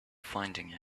finding